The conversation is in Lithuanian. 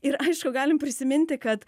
ir aišku galim prisiminti kad